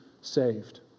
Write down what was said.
saved